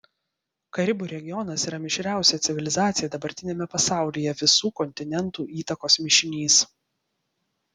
karibų regionas yra mišriausia civilizacija dabartiniame pasaulyje visų kontinentų įtakos mišinys